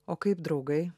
o kaip draugai